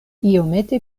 iomete